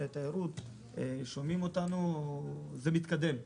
התיירות שומעים אותנו שזה מתקדם.